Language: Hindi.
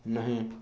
नहीं